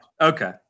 Okay